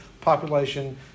population